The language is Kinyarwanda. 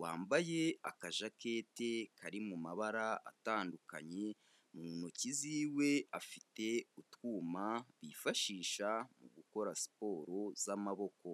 wambaye akajakete kari mu mabara atandukanye, mu ntoki ziwe afite utwuma, bifashisha mu gukora siporo z'amaboko.